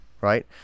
Right